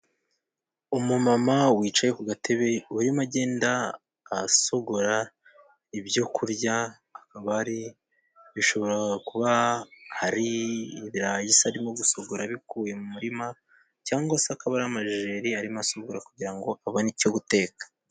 Umumama wicaye ku gatebe, arimo agenda asogora ibyo kurya. Bishobora kuba ari ibirayi arimo gusukura abikuye mu murima cyangwa se akaba ari amajeri arimo asogora kugira ngo abone icyo guteka.